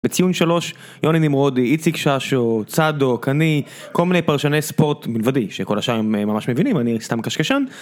בציון שלוש, יוני נמרודי, איציק שאשו, צדוק, אני, כל מיני פרשני ספורט, מלבדי, שכל השאר ממש מבינים, אני סתם קשקשן.